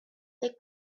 they